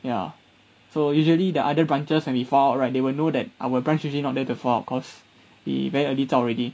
ya so usually the other branches when we file out right they will know that our branch usually not there to file out because we very early zao already